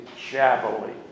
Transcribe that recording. shabbily